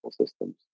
systems